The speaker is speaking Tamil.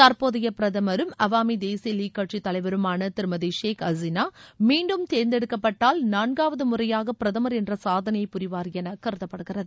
தற்போதைய பிரதமரும் அவாமி தேசிய லீக் கட்சித் தலைவருமான திருமதி ஷேக் ஹசினா மீண்டும் தேர்ந்தெடுக்கப்பட்டால் நான்காவது முறையாக பிரதமர் என்ற சாதனையைப் புரிவார் என கருதப்படுகிறது